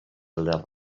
les